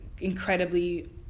incredibly